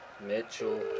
Mitchell